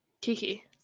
Kiki